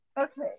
Okay